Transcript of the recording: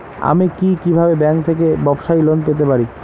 আমি কি কিভাবে ব্যাংক থেকে ব্যবসায়ী লোন পেতে পারি?